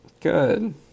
Good